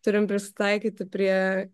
turim prisitaikyti prie